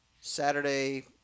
Saturday